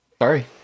Sorry